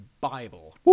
bible